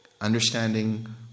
Understanding